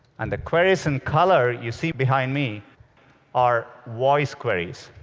and the queries in color you see behind me are voice queries.